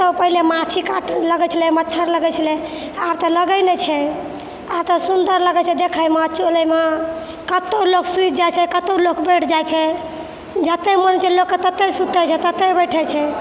कतहु पहिने माछी काटय लगै छलै मच्छर लगै छलै आब तऽ लगै नहि छै आब तऽ सुन्दर लगै छै देखयमे चलयमे कतहु लोक सुति जाइ छै कतहु लोक बैठि जाइ छै जत्तहि मोन छै लोकके तत्तहि सूतैत छै तत्तहि बैठैत छै